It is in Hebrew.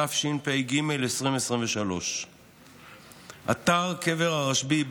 התשפ"ג 2023. אתר קבר הרשב"י,